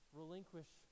relinquish